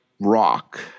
rock